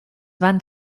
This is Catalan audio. van